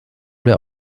der